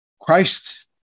Christ